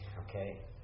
Okay